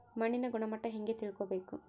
ಮಣ್ಣಿನ ಗುಣಮಟ್ಟ ಹೆಂಗೆ ತಿಳ್ಕೊಬೇಕು?